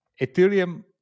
Ethereum